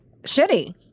Shitty